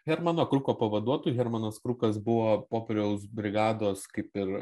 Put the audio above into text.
hermano kruko pavaduotu hermanas krukas buvo popieriaus brigados kaip ir